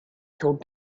told